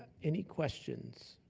any questions